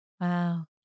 Wow